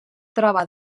troba